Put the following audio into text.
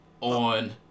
On